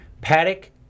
paddock